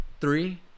three